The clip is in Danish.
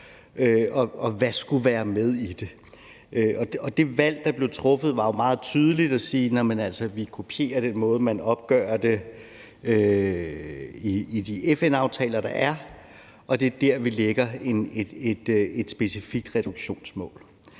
og hvad der skulle være med i den. Det valg, der blev truffet, var jo meget tydeligt. Vi sagde: Altså, vi kopierer den måde, man opgør det på i de FN-aftaler, der er, og det er der, vi lægger et specifikt reduktionsmål.